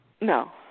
No